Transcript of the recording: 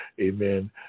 Amen